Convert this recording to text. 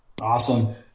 Awesome